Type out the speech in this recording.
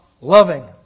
loving